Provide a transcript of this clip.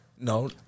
no